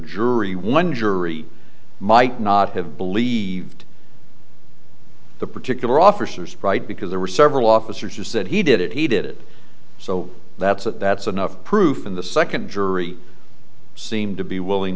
jury one jury might not have believed the particular officer's right because there were several officers who said he did it he did it so that's it that's enough proof in the second jury seemed to be willing